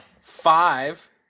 five